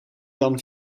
dan